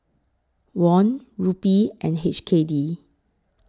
Won Rupee and H K D